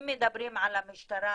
אם מדברים על המשטרה,